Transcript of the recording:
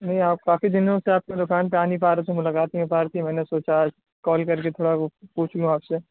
نہیں آپ کافی دنوں سے آپ کی دکان پہ آ نہیں پا رہا تھا ملاقات نہیں ہو پا رہی تھی میں نے سوچا آج کال کر کے تھوڑا وہ پوچھ لوں آپ سے